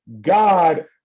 God